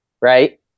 right